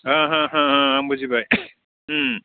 आं बुजिबाय